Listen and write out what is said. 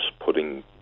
putting